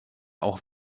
auch